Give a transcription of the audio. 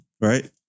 Right